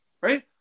right